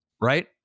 right